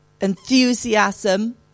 enthusiasm